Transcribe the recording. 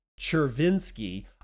Chervinsky